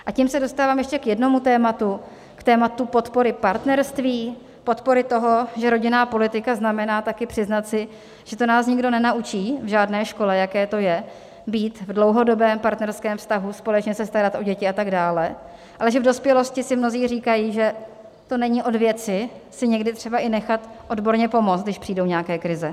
A tím se dostávám ještě k jednomu tématu, k tématu podpory partnerství, podpory toho, že rodinná politika znamená taky přiznat si, že to nás nikdo nenaučí v žádné škole, jaké to je, být v dlouhodobém partnerském vztahu, společně se starat o děti a tak dále, ale že v dospělosti si mnozí říkají, že to není od věci si někdy třeba i nechat odborně pomoct, když přijdou nějaké krize.